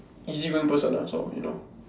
easygoing person ah so you know